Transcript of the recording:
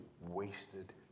wasted